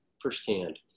firsthand